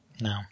No